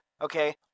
okay